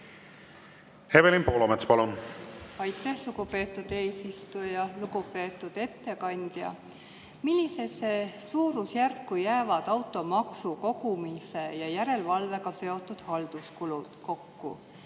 Evelin Poolamets, palun! Aitäh, lugupeetud eesistuja! Lugupeetud ettekandja! Millisesse suurusjärku jäävad automaksu kogumise ja järelevalvega seotud halduskulud kokku,